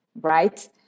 right